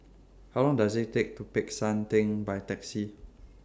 How Long Does IT Take to Peck San Theng By Taxi